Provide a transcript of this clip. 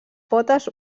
potes